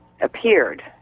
appeared